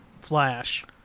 flash